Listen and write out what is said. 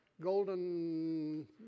golden